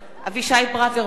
אבישי ברוורמן,